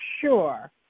sure